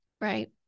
right